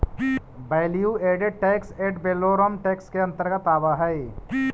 value added tax ad valorem tax के अंतर्गत आवऽ हई